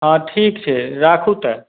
हँ ठीक छै राखू तऽ